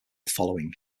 following